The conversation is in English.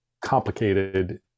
complicated